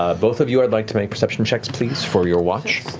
ah both of you, i would like to make perception checks, please for your watch.